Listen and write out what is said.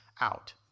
out